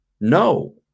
no